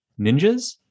ninjas